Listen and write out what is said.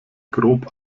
grob